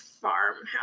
farmhouse